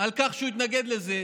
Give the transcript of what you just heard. על כך שהוא התנגד לזה,